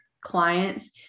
clients